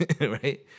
right